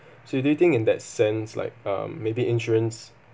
so do you think in that sense like uh maybe insurance